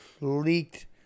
leaked